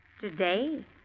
Today